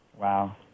Wow